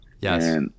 Yes